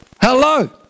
Hello